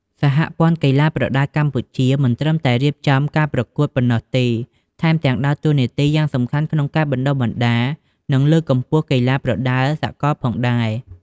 សហព័ន្ធកីឡាប្រដាល់កម្ពុជា មិនត្រឹមតែរៀបចំការប្រកួតប៉ុណ្ណោះទេ ថែមទាំងដើរតួនាទីយ៉ាងសំខាន់ក្នុងការបណ្តុះបណ្តាល និងលើកកម្ពស់កីឡាប្រដាល់សកលផងដែរ។